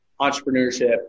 entrepreneurship